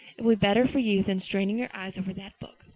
will be better for you than straining your eyes over that book.